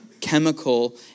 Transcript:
chemical